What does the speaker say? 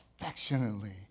Affectionately